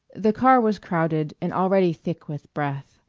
the car was crowded and already thick with breath.